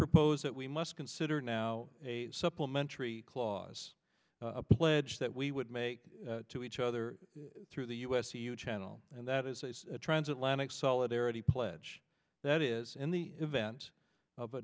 propose that we must consider now a supplementary clause a pledge that we would make to each other through the u s e u channel and that is a transatlantic solidarity pledge that is in the event of a